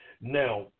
Now